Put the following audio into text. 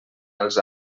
els